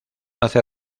hace